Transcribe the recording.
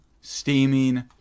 steaming